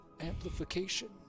amplification